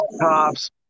cops